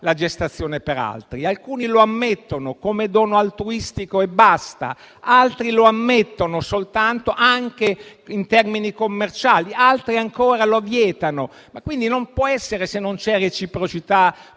la gestazione per altri. Alcuni lo ammettono come dono altruistico e basta, altri lo ammettono anche in termini commerciali, altri ancora lo vietano. Quindi, se non c'è reciprocità,